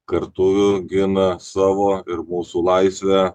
kartuvių gina savo ir mūsų laisvę